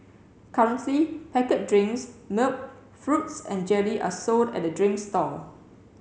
currently packet drinks milk fruits and jelly are sold at the drinks stall